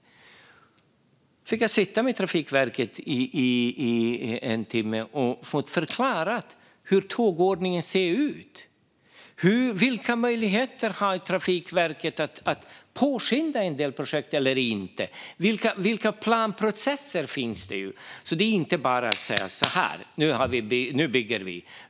Då fick jag sitta i en timme med Trafikverket och få förklarat hur tågordningen ser ut, vilka möjligheter Trafikverket har att påskynda vissa projekt och vilka planprocesser det finns. Det är inte bara att säga: Nu bygger vi!